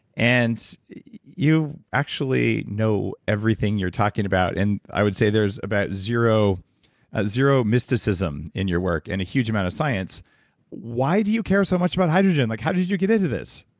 and you actually know everything you're talking about, and i would say there's about zero zero mysticism in your work, and a huge amount of science why do you care so much about hydrogen? like, how did you get into this?